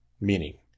meaning